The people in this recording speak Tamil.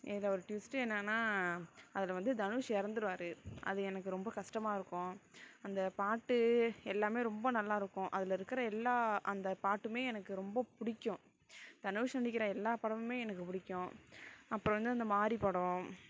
இதில் ஒரு ட்விஸ்ட்டு என்னென்னா அதில் வந்து தனுஷ் இறந்துருவாரு அது எனக்கு ரொம்ப கஷ்டமா இருக்கும் அந்த பாட்டு எல்லாமே ரொம்ப நல்லாயிருக்கும் அதில் இருக்கிற எல்லா அந்த பாட்டுமே எனக்கு ரொம்ப பிடிக்கும் தனுஷ் நடிக்கிற எல்லா படமுமே எனக்கு பிடிக்கும் அப்புறம் வந்து அந்த மாரி படம்